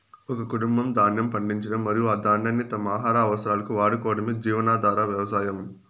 ఒక కుటుంబం ధాన్యం పండించడం మరియు ఆ ధాన్యాన్ని తమ ఆహార అవసరాలకు వాడుకోవటమే జీవనాధార వ్యవసాయం